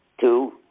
two